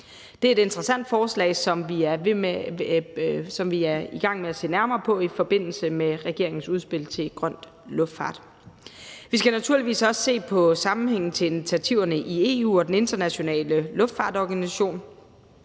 Det er et interessant forslag, som vi er i gang med at se nærmere på i forbindelse med regeringens udspil om grøn luftfart. Vi skal naturligvis også se på sammenhængen i forhold til initiativerne i EU og den internationale luftfartsorganisation.